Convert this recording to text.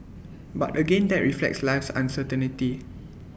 but again that reflects life's uncertainty